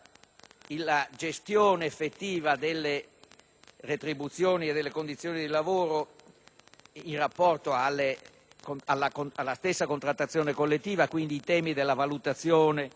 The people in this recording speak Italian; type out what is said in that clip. la gestione effettiva delle retribuzioni e delle condizioni di lavoro in rapporto alla stessa contrattazione collettiva, quindi i temi della valutazione